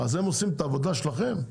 אז הם עושים את העבודה שלכם?